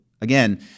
again